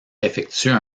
effectuent